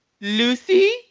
Lucy